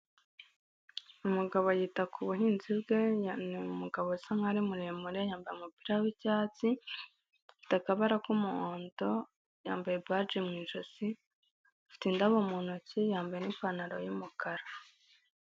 Umugabo yita ku buhinzi bwe, ni umugabo usa nkaho ari muremure, yambaye umupira w'icyatsi ufite akabara k'umuhondo, yambaye baji mu ijosi, afite indabo mu ntoki, yambaye ipantaro y'umukara.